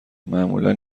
معمولا